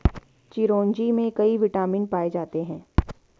चिरोंजी में कई विटामिन पाए जाते हैं